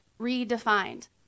Redefined